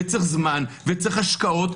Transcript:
וצריך זמן וצריך השקעות,